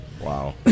Wow